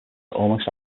almost